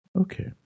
Okay